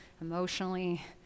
emotionally